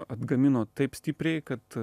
atgamino taip stipriai kad